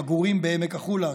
עגורים בעמק החולה,